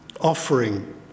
offering